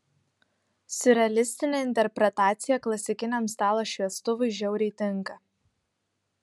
siurrealistinė interpretacija klasikiniam stalo šviestuvui žiauriai tinka